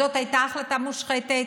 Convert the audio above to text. זאת הייתה החלטה מושחתת,